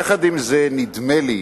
יחד עם זה, נדמה לי